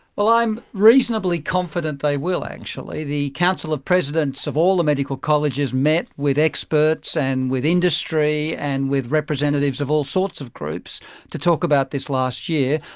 well, i'm reasonably confident they will actually. the council of presidents of all the medical colleges met with experts and with industry and with representatives of all sorts of groups to talk about this last year.